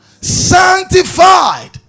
sanctified